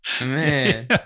Man